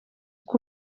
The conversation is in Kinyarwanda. uko